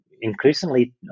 increasingly